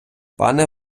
пане